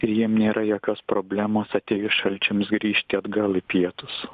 ir jiem nėra jokios problemos atėjus šalčiams grįžti atgal į pietus